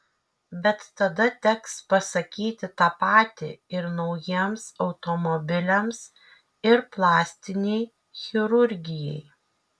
bet tada teks pasakyti tą patį ir naujiems automobiliams ir plastinei chirurgijai